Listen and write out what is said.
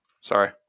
sorry